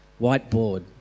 whiteboard